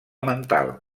mental